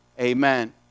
Amen